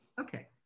Okay